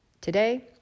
today